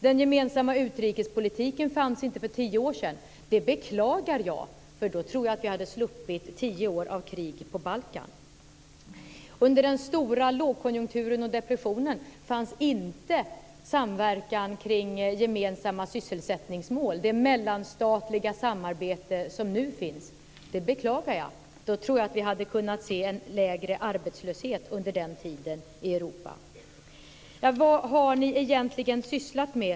Den gemensamma utrikespolitiken fanns inte för tio år sedan. Det beklagar jag, för annars tror jag att vi hade sluppit tio år av krig på Under den stora lågkonjunkturen och depressionen fanns inte samverkan kring gemensamma sysselsättningsmål, det mellanstatliga samarbete som nu finns. Det beklagar jag. Annars tror jag att vi hade kunnat se en lägre arbetslöshet under den tiden i Europa. Vad har ni egentligen sysslat med?